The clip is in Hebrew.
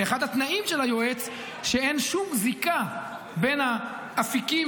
אחד התנאים של היועץ הוא שאין שום זיקה של האפיקים